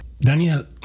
Daniel